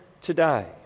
today